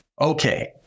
okay